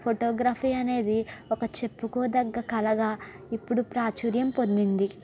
photography అనేది ఒక చెప్పుకోదగ్గ కళగా ఇప్పుడు ప్రాచూర్యం పొందింది